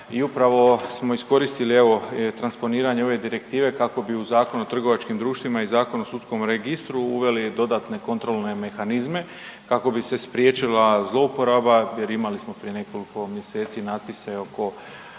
I upravo smo iskoristili evo transponiranje ove direktive kako bi u Zakonu o trgovačkim društvima i Zakonu o sudskom registru uveli dodatne kontrolne mehanizme kako bi se spriječila zlouporaba jer imali smo prije nekoliko mjeseci natpise oko